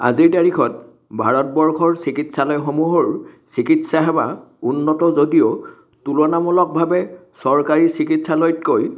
আজিৰ তাৰিখত ভাৰতবৰ্ষৰ চিকিৎসালয়সমূহৰ চিকিৎসাসেৱা উন্নত যদিও তুলনামূলকভাৱে চৰকাৰী চিকিৎসালয়তকৈ